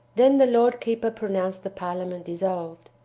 then the lord keeper pronounced the parliament dissolved.